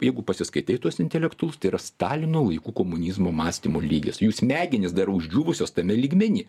jeigu pasiskaitai tuos intelektualus tai yra stalino laikų komunizmo mąstymo lygis jų smegenys dar uždiuvusios tame lygmeny